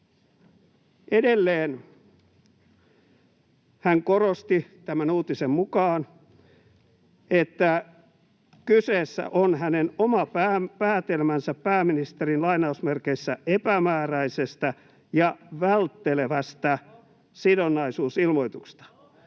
Edelleen hän korosti tämän uutisen mukaan, että kyseessä on hänen oma päätelmänsä pääministerin ”epämääräisestä ja välttelevästä sidonnaisuusilmoituksesta”.